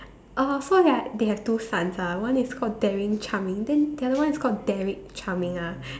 oh so like they have two sons ah one is called daring charming then the other one is called Derrick charming ah